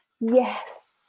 Yes